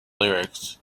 lyrics